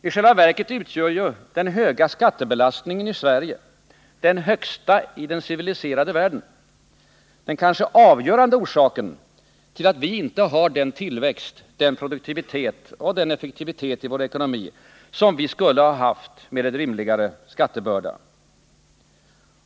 I själva verket utgör ju den höga skattebelastningen i Sverige — den högsta i den civiliserade världen — den kanske avgörande orsaken till att vi inte har den tillväxt, den produktivitet och den effektivitet i vår ekonomi som vi skulle ha haft med en rimligare skattebörda.